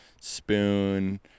spoon